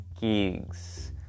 gigs